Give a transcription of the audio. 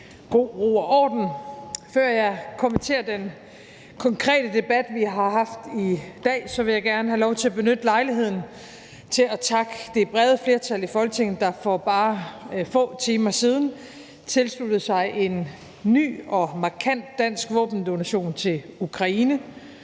god ro og orden. Før jeg kommenterer den konkrete debat, vi har haft i dag, vil jeg gerne have lov til at benytte lejligheden til at takke det brede flertal i Folketinget, der for bare få timer siden tilsluttede sig en ny og markant dansk våbendonation til Ukraine.